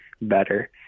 better